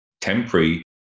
temporary